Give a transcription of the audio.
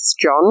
John